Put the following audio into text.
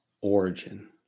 origin